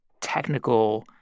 technical